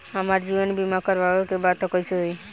हमार जीवन बीमा करवावे के बा त कैसे होई?